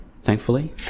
thankfully